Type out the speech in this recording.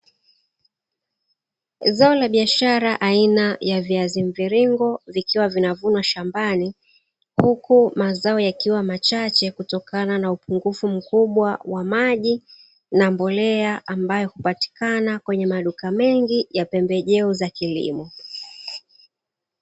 Zao la biashara aina ya viazi mviringo vikiwa vina vunwa shambani. Huku mazao yakiwa machache, kutokana na upungufu mkubwa wa maji na mbolea, ambayo hupatikana kwenye maduka mengi ya pembejeo za kilimo.